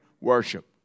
worship